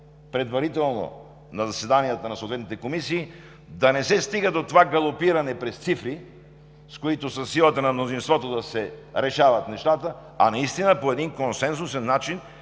предварително на заседанията на съответните комисии да не се стига до това галопиране през цифри, с които със силата на мнозинството да се решават нещата, а наистина по един консенсусен начин